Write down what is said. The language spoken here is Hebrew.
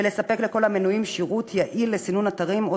ולספק לכל המנויים שירות יעיל לסינון אתרים או